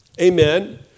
amen